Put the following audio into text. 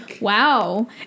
wow